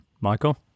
Michael